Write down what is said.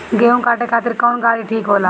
गेहूं काटे खातिर कौन गाड़ी ठीक होला?